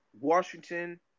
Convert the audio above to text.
Washington